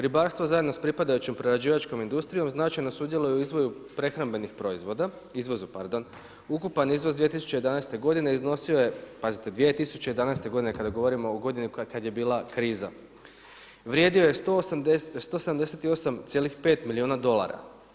Ribarstvo zajedno sa pripadajućom prerađivačkom industrijom značajno sudjeluju i izvozu prehrambenih proizvoda, ukupan iznos 2011. godine iznosio je, pazite 2011. godine, kada govorimo o godini kada je bila kriza, vrijedio je 178,5 milijuna dolara.